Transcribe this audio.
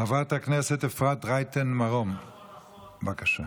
חברת הכנסת אפרת רייטן מרום, בבקשה.